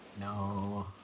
No